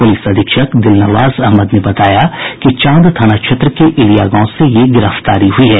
प्रलिस अधीक्षक दिलनवाज अहमद ने बताया कि चांद थाना क्षेत्र के इलिया गांव से ये गिरफ्तारी हुई है